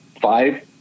five